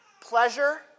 pleasure